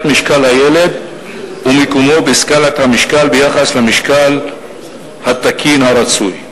משקל הילד ומקומו בסקאלת המשקל ביחס למשקל התקין הרצוי.